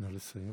נא לסיים.